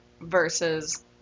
versus